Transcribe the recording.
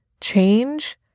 change